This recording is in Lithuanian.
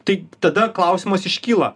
tai tada klausimas iškyla